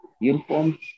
uniform